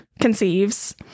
conceives